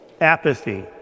apathy